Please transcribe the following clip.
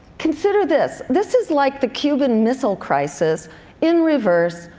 consider this, this is like the cuban missile crisis in reverse,